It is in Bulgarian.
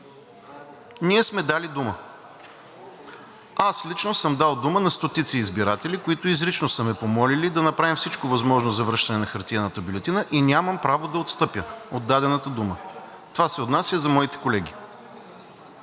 Ние сме дали дума. Аз лично съм дал дума на стотици избиратели, които изрично са ме помолили да направим всичко възможно за връщане на хартиената бюлетина, и нямам право да отстъпя от дадената дума. Това се отнася и за моите колеги.